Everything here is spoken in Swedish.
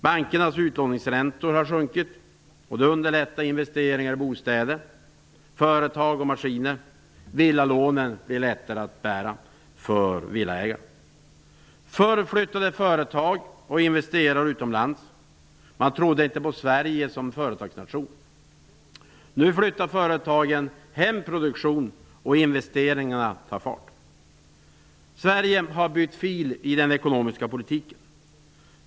Bankernas utlåningsräntor har sjunkit, och det underlättar investeringar i bostäder, företag och maskiner. Ansvaret för villalånen blir lättare att bära för villaägarna. Tidigare flyttade företag och investerare utomlands. De trodde inte på Sverige som företagsnation. Nu flyttar företagen hem produktionen, och investeringarna tar fart. Sverige har bytt fil vad gäller den ekonomiska politiken.